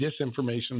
disinformation